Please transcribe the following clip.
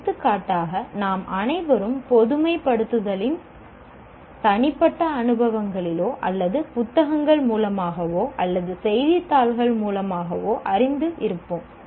எடுத்துக்காட்டாக நாம் அனைவரும் பொதுமை படுத்துதலில் தனிப்பட்ட அனுபவங்களிலோ அல்லது புத்தகங்கள் மூலமாகவோ அல்லது செய்தித்தாள் மூலமாகவோ அறிந்து இருப்போம்